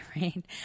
right